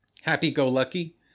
happy-go-lucky